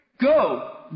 Go